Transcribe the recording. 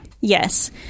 Yes